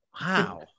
Wow